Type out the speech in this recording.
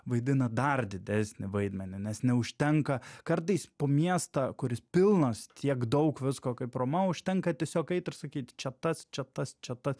vaidina dar didesnį vaidmenį nes neužtenka kardais po miestą kuris pilnas tiek daug visko kaip roma užtenka tiesiog eit ir sakyt čia tas čia tas čia tas